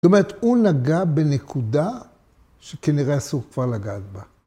‫זאת אומרת, הוא נגע בנקודה ‫שכנראה אסור כבר לגעת בה.